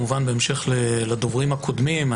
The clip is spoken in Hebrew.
בהמשך לדוברים הקודמים,